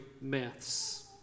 myths